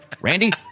randy